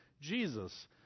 Jesus